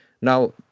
Now